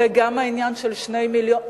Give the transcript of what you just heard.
וגם העניין של 2 מיליון,